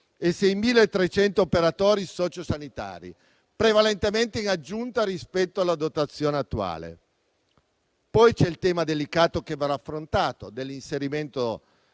e 6.300 operatori sociosanitari, prevalentemente in aggiunta rispetto alla dotazione attuale. Vi è poi il tema delicato (che verrà affrontato) dell'inserimento